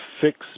fix